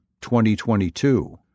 2022